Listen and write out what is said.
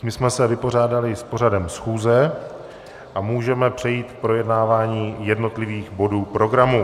Tím jsme se vypořádali s pořadem schůze a můžeme přejít k projednávání jednotlivých bodů programu.